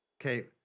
Okay